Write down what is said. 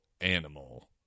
animal